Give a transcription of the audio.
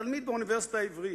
תלמיד באוניברסיטה העברית,